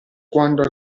quando